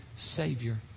Savior